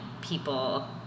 people